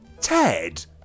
Ted